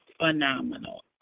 phenomenal